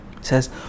says